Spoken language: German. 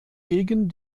gegen